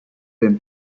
been